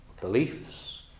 beliefs